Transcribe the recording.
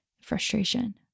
frustration